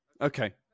Okay